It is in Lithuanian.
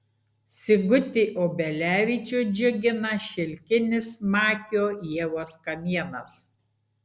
sigutį obelevičių džiugina šilkinis makio ievos kamienas